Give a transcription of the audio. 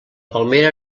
palmera